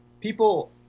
People